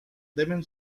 debe